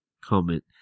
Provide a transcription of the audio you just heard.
comment